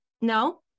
No